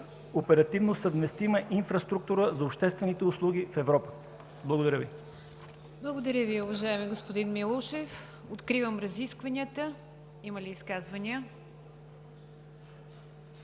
оперативно съвместима инфраструктура за обществените услуги в Европа. Благодаря Ви. ПРЕДСЕДАТЕЛ НИГЯР ДЖАФЕР: Благодаря Ви, уважаеми господин Милушев. Откривам разискванията. Има ли изказвания?